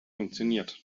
funktioniert